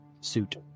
suit